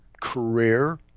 career